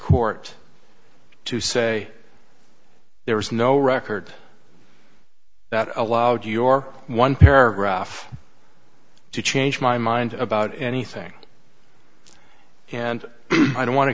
court to say there was no record that allowed your one paragraph to change my mind about anything and i don't want to